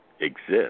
exist